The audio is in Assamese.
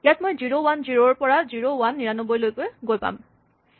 ইয়াত মই জিৰ' ৱান জিৰ' ৰ পৰা জিৰ' ৱান ৯৯ গৈ পামগৈ